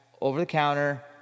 over-the-counter